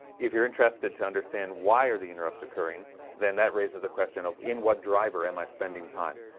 if you're interested to understand, why are the interrupts occurring then that raises the question of in what driver am i spending time?